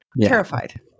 Terrified